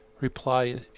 reply